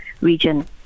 region